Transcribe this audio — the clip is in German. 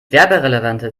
werberelevante